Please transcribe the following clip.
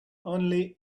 only